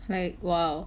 like !wow!